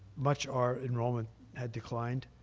much our enrollment had declined,